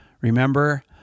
Remember